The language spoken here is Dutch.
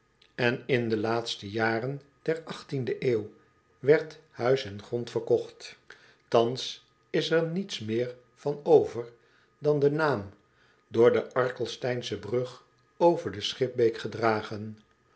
en in de laatste jaren der de eeuw werd huis en grond verkocht thans is er niets meer van over dan de naam door de a r k e